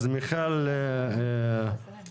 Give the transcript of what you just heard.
אז מיכל מריל,